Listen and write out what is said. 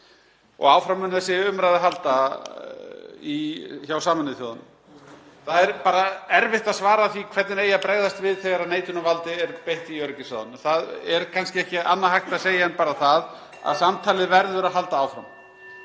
Áfram mun þessi umræða halda hjá Sameinuðu þjóðunum. Það er bara erfitt að svara því hvernig eigi að bregðast við þegar neitunarvaldi er beitt í öryggisráðinu. Það er kannski ekki annað hægt að segja en bara það að samtalið verður að halda áfram